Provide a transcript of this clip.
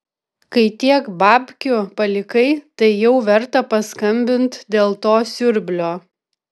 kai tiek babkių palikai tai jau verta paskambint dėl to siurblio